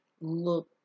look